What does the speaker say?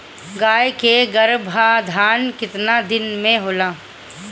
गाय के गरभाधान केतना दिन के होला?